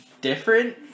different